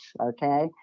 Okay